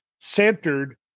centered